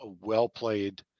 well-played